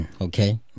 Okay